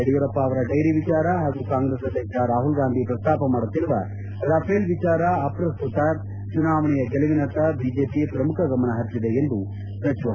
ಯಡಿಯೂರಪ್ಪ ಅವರ ಡೈರಿ ವಿಚಾರ ಹಾಗೂ ಕಾಂಗ್ರೆಸ್ ಅಧ್ಯಕ್ಷ ರಾಹುಲ್ಗಾಂಧಿ ಪ್ರಸ್ತಾಪ ಮಾಡುತ್ತಿರುವ ರೆಫೇಲ್ ವಿಚಾರ ಅಪ್ರಸ್ತುತ ಚುನಾವಣೆಯ ಗೆಲುವಿನತ್ತಾ ಬಿಜೆಪಿ ಪ್ರಮುಖ ಗಮನ ಹರಿಸಿದೆ ಎಂದು ಸಚಿವ ಡಾ